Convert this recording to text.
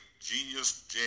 genius